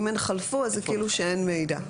אם הן חלפו, אז זה כאילו שאין מידע.